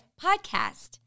podcast